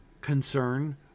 concern